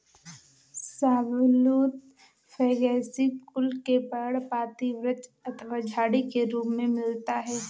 शाहबलूत फैगेसी कुल के पर्णपाती वृक्ष अथवा झाड़ी के रूप में मिलता है